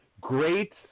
Great